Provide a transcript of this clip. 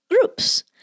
groups